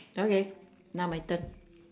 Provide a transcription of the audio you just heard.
okay now my turn